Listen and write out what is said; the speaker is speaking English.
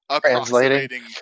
translating